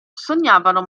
sognavano